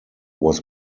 was